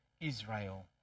israel